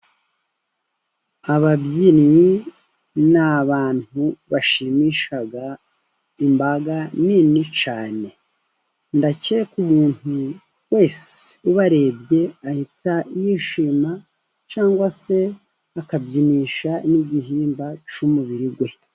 Ababyinnyi ni abantu bashimisha imbaga nini cyane. Ndakeka umuntu wese ubarebye ahita yishima cyangwa se akabyinisha n'igihimba cy'umubiri we.